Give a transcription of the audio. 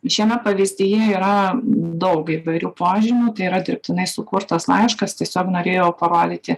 šiame pavyzdyje yra daug įvairių požymių tai yra dirbtinai sukurtas laiškas tiesiog norėjau parodyti